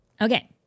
Okay